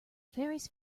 faeries